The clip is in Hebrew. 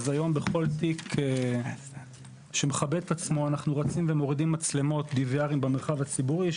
היום בכל תיק שמכבד את עצמו אנחנו מורידים מצלמות במרחב הציבורי,